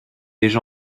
déjà